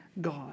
God